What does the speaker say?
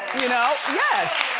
you know, yes.